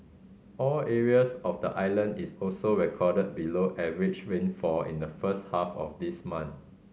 all areas of the island is also recorded below average rainfall in the first half of this month